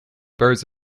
birds